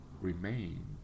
remain